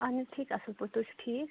اہن حظ ٹھیٖک اصٕل پٲٹھۍ تُہۍ چھُو ٹھیٖک